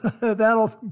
that'll